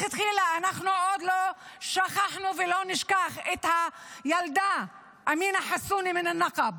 מלכתחילה אנחנו עוד לא שכחנו ולא נשכח את הילדה אמינה חסון מהנגב,